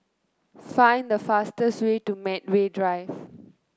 find the fastest way to Medway Drive